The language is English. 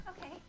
Okay